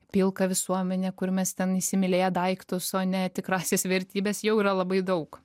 pilką visuomenę kur mes ten įsimylėję daiktus o ne tikrąsias vertybes jau yra labai daug